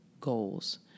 goals